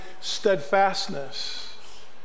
steadfastness